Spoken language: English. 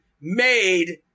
made